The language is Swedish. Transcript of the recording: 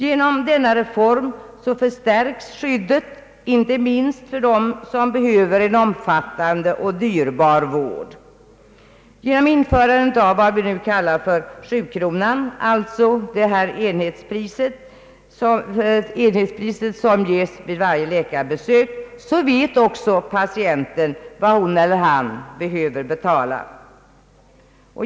Genom reformen förstärks skyddet inte minst för dem som behöver en omfattande och dyrbar vård. Genom införandet av vad vi nu kallar 7-kronan, alltså enhetspriset vid varje läkarbesök, vet också patienten vad hon eller han behöver betala.